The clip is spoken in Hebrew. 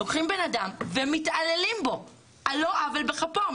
לוקחים בן אדם ומתעללים בו על לא עוול בכפו,